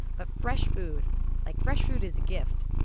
but fresh food like fresh food is a gift